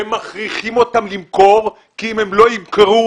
ומכריחים אותם למכור כי אם הם לא ימכרו,